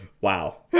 Wow